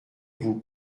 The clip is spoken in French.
vous